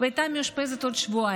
והיא הייתה מאושפזת עוד שבועיים.